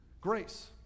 Grace